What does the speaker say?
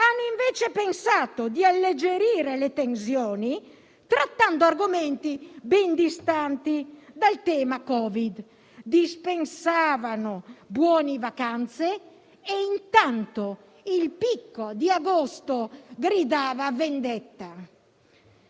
hanno pensato di alleggerire le tensioni trattando argomenti ben distanti dal tema Covid. Dispensavano buoni vacanze e intanto il picco di agosto gridava vendetta.